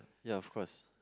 ya of course